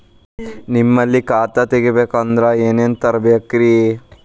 ನಿಮ್ಮಲ್ಲಿ ಖಾತಾ ತೆಗಿಬೇಕಂದ್ರ ಏನೇನ ತರಬೇಕ್ರಿ?